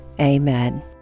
amen